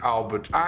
Albert